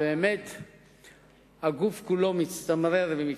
הגוף כולו מצטמרר ומתחדד.